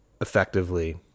effectively